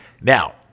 now